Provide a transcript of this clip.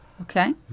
Okay